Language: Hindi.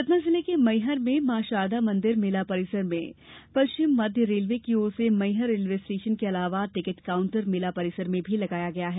सतना जिले के मैहर में मां शारदा मंदिर मेला परिसर में पश्चिम मध्य रेलवे की ओर से मैहर रेलवे स्टेशन के अलावा टिकट काउंटर मेला परिसर में लगाया गया है